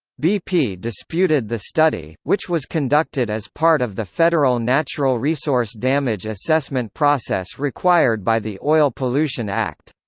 bp disputed the study, which was conducted as part of the federal natural resource damage assessment process required by the oil pollution act.